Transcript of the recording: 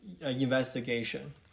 investigation